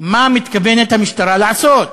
מה מתכוונת המשטרה לעשות.